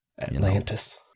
Atlantis